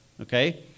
okay